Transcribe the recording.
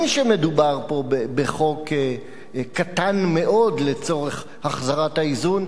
שמדובר פה בחוק קטן מאוד לצורך החזרת האיזון,